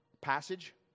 Passage